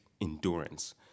endurance